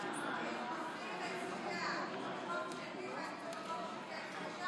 אופיר הצביע במקום שלי, ואני,